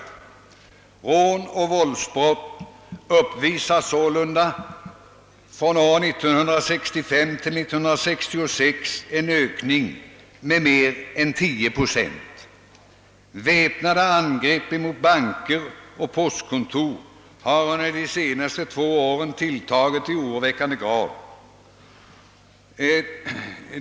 Från 1965 till 1966 uppvisar sålunda fallen av rån och andra våldsbrott en ökning på mer än 10 procent, och antalet väpnade angrepp mot banker och postkontor har under de senaste två åren tilltagit i oroväckande grad.